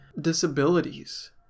disabilities